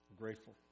grateful